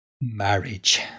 marriage